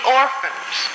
orphans